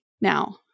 Now